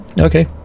okay